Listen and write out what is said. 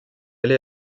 allé